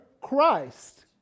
Christ